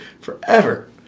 forever